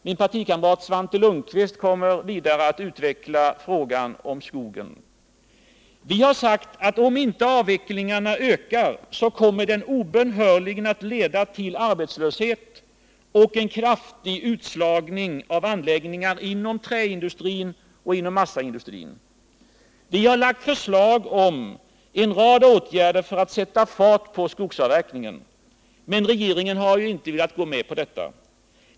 Min partikamrat Svante Lundkvist kommer vidare att utveckla frågan om skogen. Vi har sagt att om inte avvecklingarna ökas, så kommer det obönhörligen att leda till arbetslöshet och en kraftig utslagning av anläggningar inom träindustrin och massaindustrin. Vi har lagt förslag om en rad åtgärder för att sätta fart på skogsavverkningarna. Men regeringen har inte velat gå med på dem.